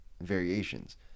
variations